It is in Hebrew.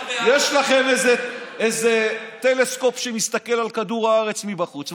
יש לכם איזה טלסקופ שמסתכל על כדור הארץ מבחוץ,